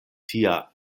tia